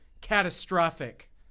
catastrophic